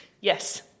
yes